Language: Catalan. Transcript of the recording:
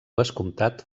vescomtat